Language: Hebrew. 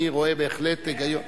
אני רואה בהחלט היגיון,